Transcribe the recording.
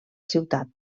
ciutat